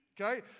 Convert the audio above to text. Okay